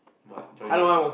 but joining at